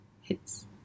hits